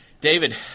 David